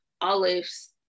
Olive's